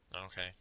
Okay